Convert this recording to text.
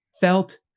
felt